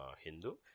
Hindu